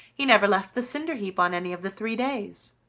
he never left the cinder-heap on any of the three days.